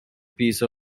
piece